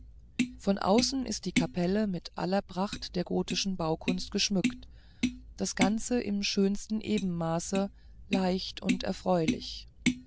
von außen ist die kapelle mit aller pracht der gotischen baukunst geschmückt das ganze im schönsten ebenmaße leicht und erfreulich